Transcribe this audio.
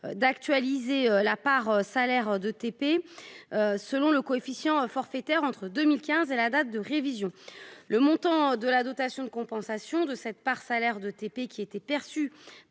d'actualiser la part salaires de TP. Selon le coefficient forfaitaire entre 2015 et la date de révision. Le montant de la dotation de compensation de cette part salaire de TP qui était perçu